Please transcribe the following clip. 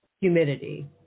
humidity